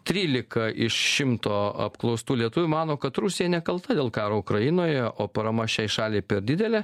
trylika iš šimto apklaustų lietuvių mano kad rusija nekalta dėl karo ukrainoje o parama šiai šaliai per didelė